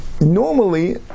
normally